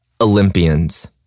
Olympians